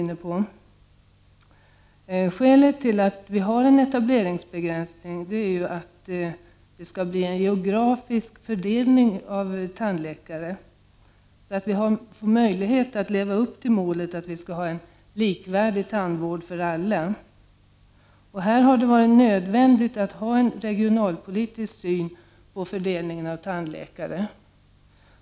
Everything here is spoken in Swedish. Skälet till att vi har en etableringsbegränsning är ju att det skall bli en geografisk fördelning av tandläkare, så att vi har möjlighet att leva upp till målet likvärdig tandvård för alla. Här har det varit nödvändigt att anlägga en regionalpolitisk syn på fördelningen av tandläkare.